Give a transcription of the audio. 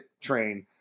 train